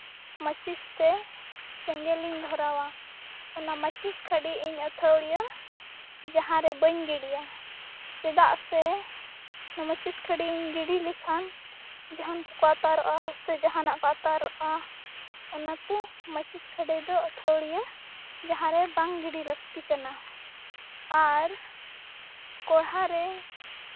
ᱢᱟᱹᱪᱤᱥ ᱛᱮ ᱥᱮᱸᱜᱮᱞ ᱤᱧ ᱫᱷᱚᱨᱟᱣᱟ ᱚᱱᱟ ᱢᱟᱹᱪᱤᱥ ᱠᱷᱟᱹᱰᱤ ᱤᱧ ᱟᱹᱛᱷᱟᱹᱲᱤᱭᱟᱹ ᱡᱟᱦᱟᱸ ᱨᱮ ᱵᱟᱹᱧ ᱜᱤᱰᱤᱭᱟ ᱪᱮᱫᱟᱜ ᱥᱮ ᱢᱟᱹᱪᱤᱥ ᱠᱷᱟᱹᱰᱤᱧ ᱜᱤᱰᱤ ᱞᱮᱠᱷᱟᱱ ᱡᱟᱦᱟᱱ ᱠᱚᱠᱚ ᱟᱛᱟᱨᱚᱜᱼᱟ ᱥᱮ ᱡᱟᱦᱟᱱᱟᱜ ᱠᱚ ᱟᱛᱟᱨᱚᱜᱼᱟ ᱚᱱᱟᱛᱮ ᱢᱟᱹᱪᱤᱥ ᱠᱷᱟᱹᱰᱤ ᱫᱚ ᱟᱹᱛᱷᱟᱹᱲᱤᱭᱟᱹ ᱡᱟᱦᱟᱸ ᱨᱮ ᱵᱟᱝ ᱜᱤᱰᱤ ᱞᱟᱹᱠᱛᱤ ᱠᱟᱱᱟ ᱟᱨ ᱠᱚᱲᱦᱟ ᱨᱮ